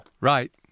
right